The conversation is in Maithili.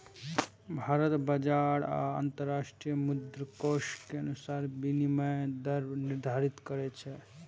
भारत बाजार आ अंतरराष्ट्रीय मुद्राकोष के अनुसार विनिमय दर निर्धारित करै छै